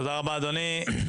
תודה רבה, אדוני.